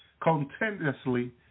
contentiously